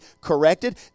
corrected